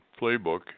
playbook